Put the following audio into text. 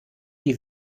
die